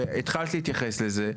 והתחלת להתייחס לזה,